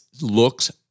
looks